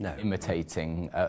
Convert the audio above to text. imitating